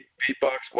beatbox